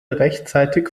rechtzeitig